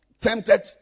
tempted